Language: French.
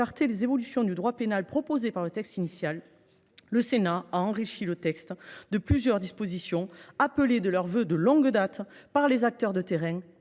les évolutions du droit pénal prévues dans le projet de loi initial, le Sénat a enrichi le texte de plusieurs dispositions appelées de leurs vœux de longue date par les acteurs de terrain et